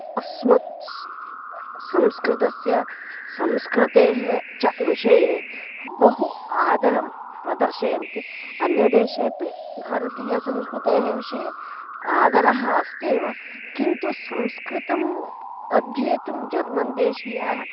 अस्मत् स् संस्कृतस्य संस्कृतेः च विषये बहु आदरं प्रदर्शयन्ति अन्यदेशे अपि भारतीयसंस्कृतेः विषये आदरः अस्ति एव किन्तु संस्कृतम् अध्येतुं जर्मन्देशीयाः